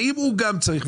האם הוא גם צריך?